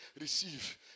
receive